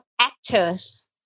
actors